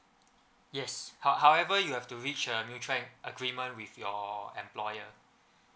yes how however you have to reach a mutual agreement with your employer